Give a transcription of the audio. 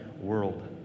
world